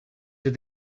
that